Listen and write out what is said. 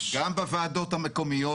גם בוועדות המקומיות,